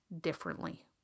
differently